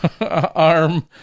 arm